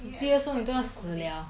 fifty years old 你都要死 liao